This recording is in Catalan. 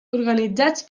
organitzats